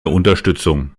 unterstützung